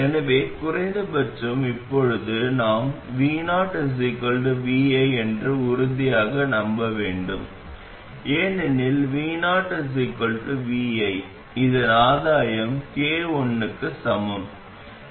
எனவே குறைந்தபட்சம் இப்போது நாம் vo vi என்று உறுதியாக நம்ப வேண்டும் ஏனெனில் vo vi இதன் ஆதாயம் k 1க்கு சமம்